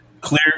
clear